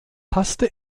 passte